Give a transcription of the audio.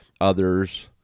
Others